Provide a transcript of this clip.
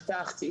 בבקשה.